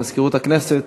מזכירות הכנסת,